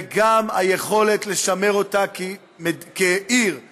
וגם היכולת לשמר אותה כעיר מאוחדת,